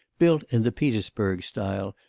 built in the petersburg style,